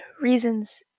reasons